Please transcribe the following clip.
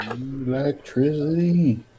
Electricity